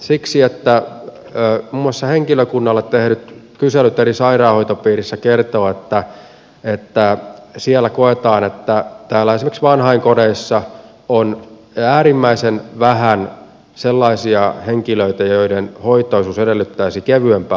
siksi että muun muassa henkilökunnalle tehdyt kyselyt eri sairaanhoitopiireissä kertovat että koetaan että esimerkiksi vanhainkodeissa on äärimmäisen vähän sellaisia henkilöitä joiden hoitoisuus edellyttäisi kevyempää hoivaa